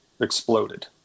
exploded